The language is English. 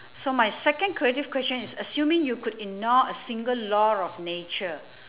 so my second creative question is assuming you could ignore a single law of nature